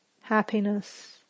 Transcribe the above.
happiness